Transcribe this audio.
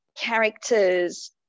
characters